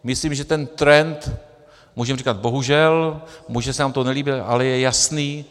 Myslím, že ten trend můžeme říkat bohužel, může se nám to nelíbit, ale je jasný.